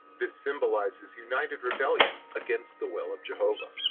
this symbolizes united rebellion against the will of jehovah.